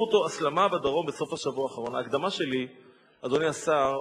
היושב-ראש, אדוני השר,